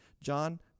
John